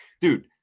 dude